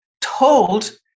told